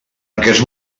aquests